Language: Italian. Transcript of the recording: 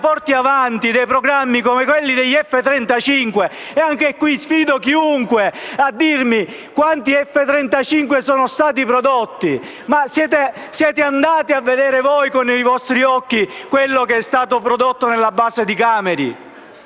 porti avanti programmi come quello sugli F-35. Anche in questo caso, sfido chiunque a dirmi quanti F-35 sono stati prodotti. Siete andati a vedere con i vostri occhi quello che è stato prodotto nella base di Cameri?